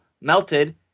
melted